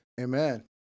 Amen